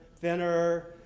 thinner